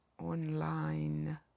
online